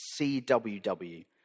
CWW